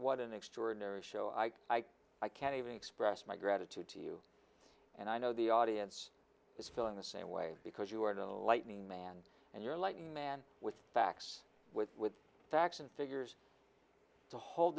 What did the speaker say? what an extraordinary show i i i can't even express my gratitude to you and i know the audience is feeling the same way because you are the lightning man and you're lighting man with facts with facts and figures to hold